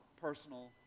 personal